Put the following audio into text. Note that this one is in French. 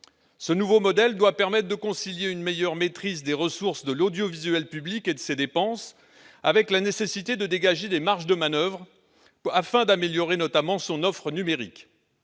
Ce nouveau modèle doit permettre de concilier une meilleure maîtrise des ressources de l'audiovisuel public et de ses dépenses, avec la nécessité de dégager des marges de manoeuvre, notamment afin d'améliorer son offre numérique.